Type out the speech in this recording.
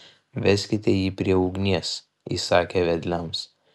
veskite jį prie ugnies įsakė vedliams